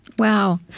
Wow